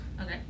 okay